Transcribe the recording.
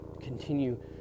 continue